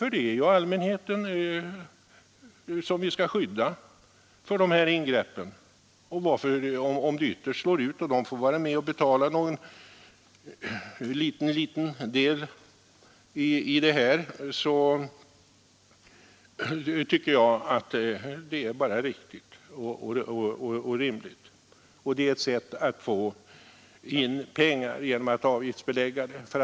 Det är ju allmänheten som vi skall skydda för de här ingreppen, och om allmänheten får vara med och betala någon liten, liten del av detta så tycker jag att det bara är riktigt och rimligt. Och avgiftsbeläggning är ett sätt att få in pengar.